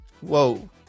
whoa